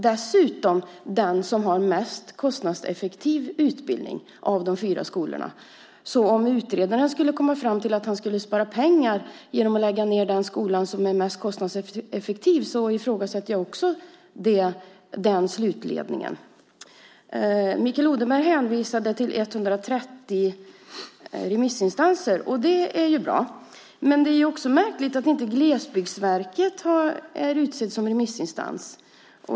Dessutom är det den skola som har mest kostnadseffektiv utbildning av de fyra skolorna. Om utredaren skulle komma fram till att man skulle spara pengar genom att lägga ned den skola som är mest kostnadseffektiv ifrågasätter jag den slutledningen. Mikael Odenberg hänvisade till 130 remissinstanser. Det är bra, men det är märkligt att Glesbygdsverket inte har utsetts som remissinstans.